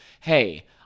Hey